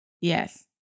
Yes